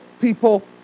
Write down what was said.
People